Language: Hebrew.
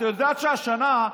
את יודעת שהשנה,